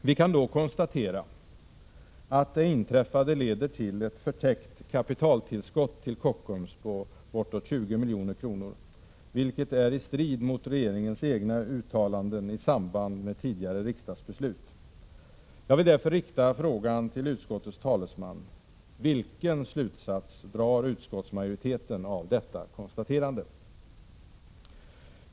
Vi kan då konstatera att det inträffade leder till ett förtäckt kapitaltillskott till Kockums på bortåt 20 milj.kr. — vilket är i strid mot regeringens egna uttalanden i samband med tidigare riksdagsbeslut. Jag vill därför rikta frågan till utskottets talesman: Vilken slutsats drar utskottsmajoriteten av detta konstaterande?